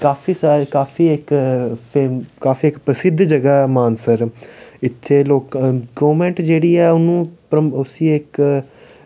काफी सारे काफी इक प्रसिद्ध जगह मानसर इत्थै गौरमैंट जेह्ड़ी ऐ उस्सी इक